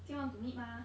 still want to meet mah